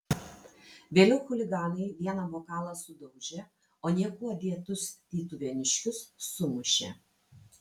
vėliau chuliganai vieną bokalą sudaužė o niekuo dėtus tytuvėniškius sumušė